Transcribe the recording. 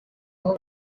aho